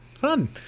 fun